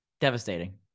devastating